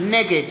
נגד